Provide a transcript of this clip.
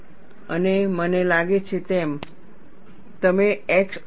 અને મને લાગે છે તમે x અક્ષ દોરો